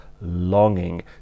longing